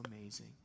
amazing